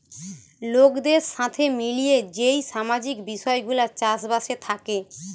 লোকদের সাথে মিলিয়ে যেই সামাজিক বিষয় গুলা চাষ বাসে থাকে